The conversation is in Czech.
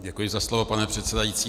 Děkuji za slovo, pane předsedající.